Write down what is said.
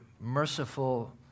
merciful